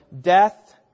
death